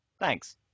Thanks